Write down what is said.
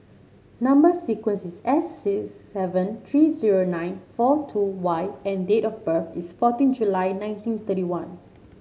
number sequence is S six seven three zero nine four two Y and date of birth is fourteen July nineteen thirty one